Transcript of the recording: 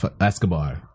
Escobar